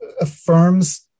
affirms